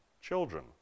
children